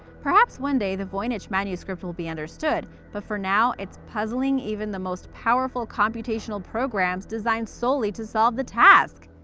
perhaps one day the voynich manuscript will be understood but, for now, its puzzling even the most powerful computational programmes designed solely to solve the task.